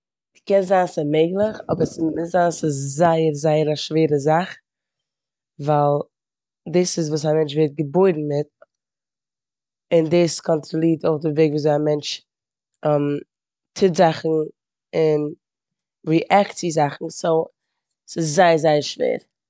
ס'קען זיין ס'איז מעגליך אבעק ס'מוז זיין ס'איז זייער, זייער א שווערע זאך ווייל דאס איז וואס א מענטש ווערט געבוירן מיט און דאס קאנטראלירט אויך די וועג וויאזוי א מענטש טוט זאכן און ריעקט צו זאכן. סאו ס'איז זייער, זייער שווער.